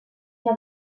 una